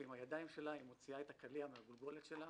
ועם הידיים שלה היא מוציאה את הקליע מהגולגולת שלה.